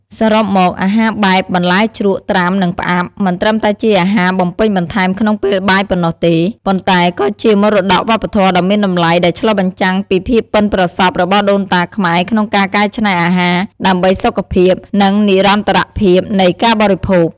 សរុបមក អាហារបែបបន្លែជ្រក់ ត្រាំ និងផ្អាប់ មិនត្រឹមតែជាអាហារបំពេញបន្ថែមក្នុងពេលបាយប៉ុណ្ណោះទេ ប៉ុន្តែក៏ជាមរតកវប្បធម៌ដ៏មានតម្លៃដែលឆ្លុះបញ្ចាំងពីភាពប៉ិនប្រសប់របស់ដូនតាខ្មែរក្នុងការកែច្នៃអាហារ ដើម្បីសុខភាព និងនិរន្តរភាពនៃការបរិភោគ។